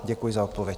Děkuji za odpověď.